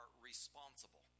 responsible